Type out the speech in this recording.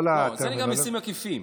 לא, זה נקרא מיסים עקיפים.